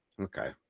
Okay